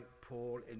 Paul